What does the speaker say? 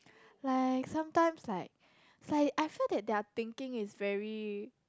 like sometimes like it's like I feel that their thinking is very